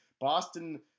Boston